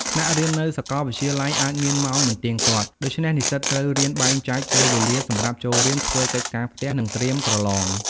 ថ្នាក់រៀននៅសាកលវិទ្យាល័យអាចមានម៉ោងមិនទៀងទាត់ ដូច្នេះនិស្សិតត្រូវរៀនបែងចែកពេលវេលាសម្រាប់ចូលរៀន ធ្វើកិច្ចការផ្ទះ និងត្រៀមប្រឡង។